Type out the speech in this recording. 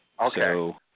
Okay